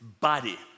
body